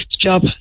job